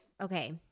okay